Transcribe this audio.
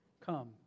Come